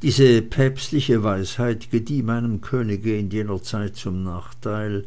diese päpstliche weisheit gedieh meinem könige in jener zeit zum nachteil